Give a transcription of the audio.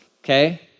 Okay